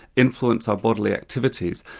influence our bodily activities,